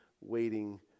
waiting